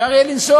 אפשר יהיה לנסוע,